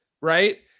Right